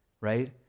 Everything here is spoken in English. right